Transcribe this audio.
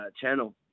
channel